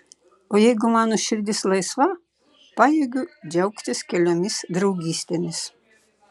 o jeigu mano širdis laisva pajėgiu džiaugtis keliomis draugystėmis